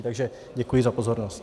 Takže děkuji za pozornost.